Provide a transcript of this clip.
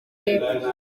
y’epfo